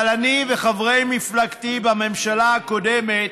אבל אני וחברי מפלגתי בממשלה הקודמת